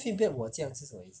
feedback 我酱是什么意思